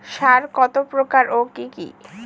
সার কত প্রকার ও কি কি?